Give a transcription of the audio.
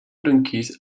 donkeys